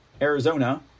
Arizona